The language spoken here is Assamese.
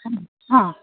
অঁ